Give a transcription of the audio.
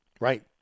Right